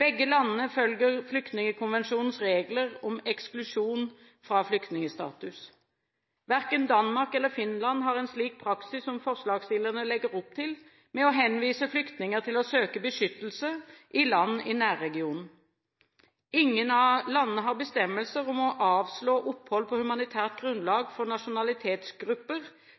Begge landene følger Flyktningkonvensjonens regler om eksklusjon fra flyktningstatus. Verken Danmark eller Finland har en slik praksis som forslagsstillerne legger opp til, med å henvise flyktninger til å søke beskyttelse i land i nærregionen. Ingen av landene har bestemmelser om å avslå opphold på humanitært grunnlag for nasjonalitetsgrupper